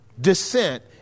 Descent